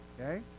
Okay